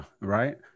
Right